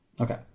Okay